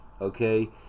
okay